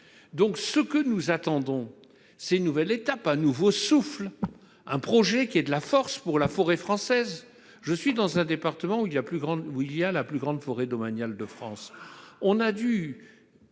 longtemps. Nous attendons une nouvelle étape, un nouveau souffle, un projet qui ait de la force pour la forêt française. Je suis élu du département qui possède la plus grande forêt domaniale de France.